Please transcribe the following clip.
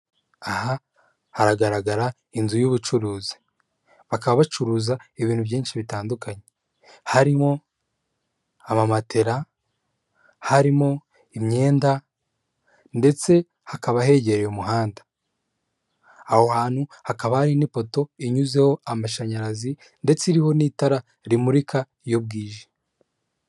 Aha haragaragara inzu y'ubucuruzi bakaba bacuruza ibintu byinshi bitandukanye harimo amamatela harimo imyenda ndetse hakaba hegereye umuhanda aho hantu hakaba hari n'ipoto inyuzeho amashanyarazi ndetse iriho n'itara rimurika iyo bwije.